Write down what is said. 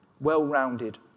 well-rounded